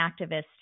activist